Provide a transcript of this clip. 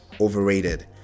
overrated